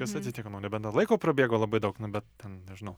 kas atsitiko nu nebent da laiko prabėgo labai daug nu bet ten nežinau